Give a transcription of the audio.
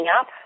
up